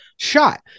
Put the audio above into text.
Shot